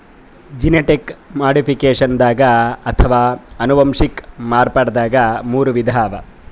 genetic ಮಾಡಿಫಿಕೇಷನ್ದಾಗ್ ಅಥವಾ ಅನುವಂಶಿಕ್ ಮಾರ್ಪಡ್ದಾಗ್ ಮೂರ್ ವಿಧ ಅವಾ